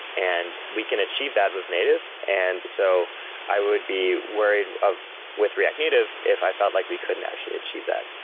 and we can achieve that with native, and so i would be worried with react native if i felt like we couldn't actually achieve that.